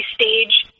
stage